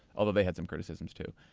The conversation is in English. although they had some criticisms too.